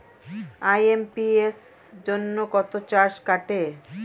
IMPS জন্য কত charge কাটে?